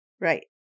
Right